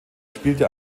spielte